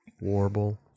Warble